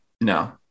No